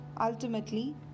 Ultimately